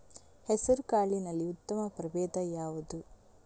ಹೆಸರುಕಾಳಿನಲ್ಲಿ ಉತ್ತಮ ಪ್ರಭೇಧ ಯಾವುದು?